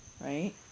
Right